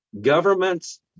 governments